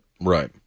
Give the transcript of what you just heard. Right